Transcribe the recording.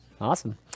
Awesome